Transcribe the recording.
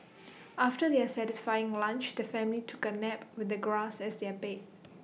after their satisfying lunch the family took A nap with the grass as their bed